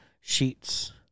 sheets